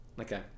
Okay